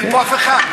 אין פה אף אחד.